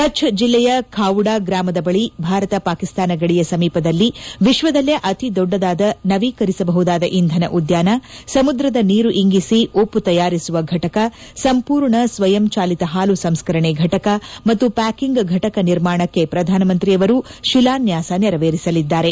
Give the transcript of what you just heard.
ಕಛ್ ಜಿಲ್ಲೆಯ ಖಾವುಡ ಗ್ರಾಮದ ಬಳಿ ಭಾರತ ಪಾಕಿಸ್ತಾನ ಗಡಿಯ ಸಮೀಪದಲ್ಲಿ ವಿಶ್ವದಲ್ಲೇ ಅತಿ ದೊಡ್ಡದಾದ ನವೀಕರಿಸಬಹುದಾದ ಇಂಧನ ಉದ್ದಾನ ಸಮುದ್ರದ ನೀರು ಇಂಗಿಸಿ ಉಮ್ಪ ತಯಾರಿಸುವ ಘಟಕ ಸಂಪೂರ್ಣ ಸ್ವಯಂ ಚಾಲಿತ ಹಾಲು ಸಂಸ್ಕರಣೆ ಫಟಕ ಮತ್ತು ಪ್ಕಾಕಿಂಗ್ ಘಟಕ ನಿರ್ಮಾಣಕ್ಕೆ ಪ್ರಧಾನಮಂತ್ರಿ ಅವರು ಶಿಲಾನ್ವಾಸ ನೆರವೇರಿಸಲಿದ್ದಾರೆ